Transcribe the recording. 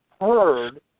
heard